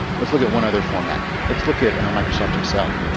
let's look at one other format. let's look at microsoft excel.